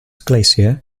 glacier